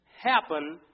Happen